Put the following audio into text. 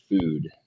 food